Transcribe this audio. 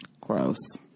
Gross